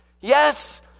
Yes